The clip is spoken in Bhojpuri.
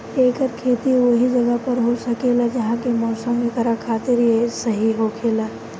एकर खेती ओहि जगह पर हो सकेला जहा के मौसम एकरा खातिर सही होखे